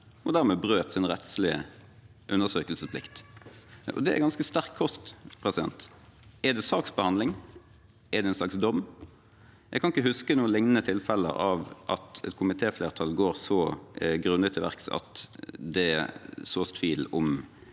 og dermed brøt sin rettslige undersøkelsesplikt. Det er ganske sterk kost. Er det saksbehandling? Er det en slags dom? Jeg kan ikke huske noen lignende tilfeller av at et komitéflertall går så grundig til verks at det sås tvil om